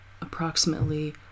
approximately